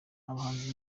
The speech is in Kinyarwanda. abahanzi